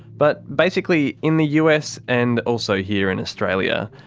but basically, in the us and also here in australia,